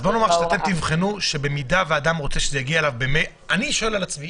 אני שואל על עצמי.